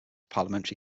parliamentary